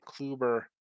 Kluber